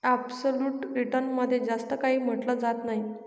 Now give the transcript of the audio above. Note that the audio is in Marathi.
ॲप्सोल्यूट रिटर्न मध्ये जास्त काही म्हटलं जात नाही